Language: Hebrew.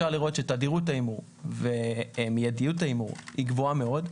אפשר לראות שתדירות ההימור ומיידיות ההימור גבוהות מאוד,